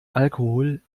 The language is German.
alkohol